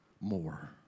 more